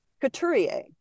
Couturier